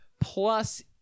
Plus